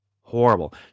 horrible